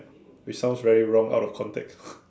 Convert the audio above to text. it sounds very wrong out of context